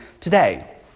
today